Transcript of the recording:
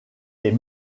est